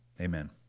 Amen